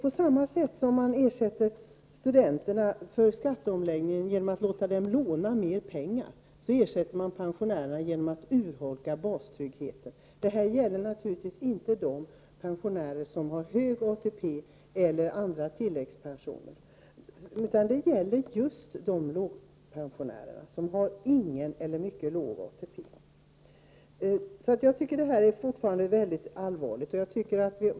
På samma sätt som man ersätter studenterna för skatteomläggningen genom att låta dem låna mer pengar, ersätter man pensionärerna genom att urholka bastryggheten. Det gäller naturligtvis inte de pensionärer som har hög ATP eller annan tilläggspension, utan det gäller just de pensionärer som har ingen eller mycket låg ATP. Jag tycker fortfarande att det här mycket allvarligt.